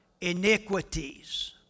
iniquities